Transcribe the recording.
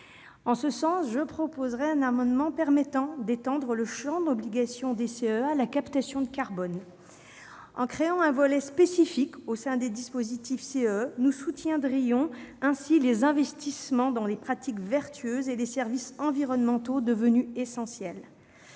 En ce sens, je proposerai un amendement visant à étendre le champ obligation des certificats d'économies d'énergie à la captation de carbone. En créant un volet spécifique au sein du dispositif des CEE, nous soutiendrions les investissements dans les pratiques vertueuses et les services environnementaux devenus essentiels.